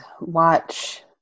watch